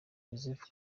joseph